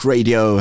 Radio